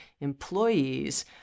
employees